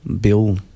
bill